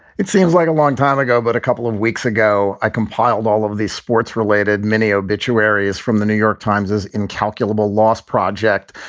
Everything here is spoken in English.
it seems like a long time ago, but a couple of weeks ago, i compiled all of these sports related mini obituaries from the new york times is incalculable loss project,